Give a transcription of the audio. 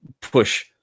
push